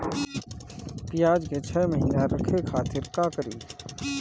प्याज के छह महीना रखे खातिर का करी?